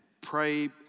pray